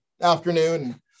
afternoon